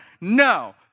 No